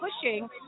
pushing